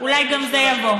אולי גם זה יבוא.